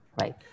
right